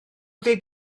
deg